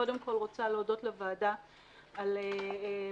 קודם כול אני רוצה להודות לוועדה על קביעת